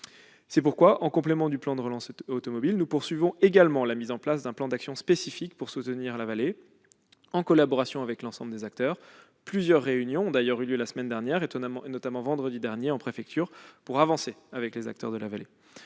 C'est pourquoi, en complément du plan de relance automobile, nous poursuivons également la mise en place d'un plan d'action spécifique pour soutenir la vallée en collaboration avec l'ensemble des acteurs. Plusieurs réunions ont eu lieu la semaine dernière, notamment vendredi dernier en préfecture, pour avancer avec les acteurs de la vallée.